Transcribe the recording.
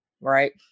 right